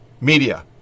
media